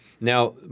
Now